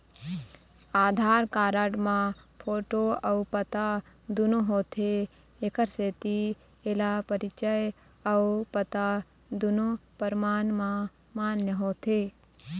आधार card म photo अउ पता दुनो होथे एखर सेती एला परिचय अउ पता दुनो परमान म मान्य होथे